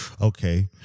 Okay